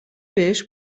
بهش